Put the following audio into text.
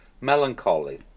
melancholy